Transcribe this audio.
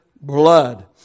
blood